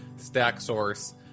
StackSource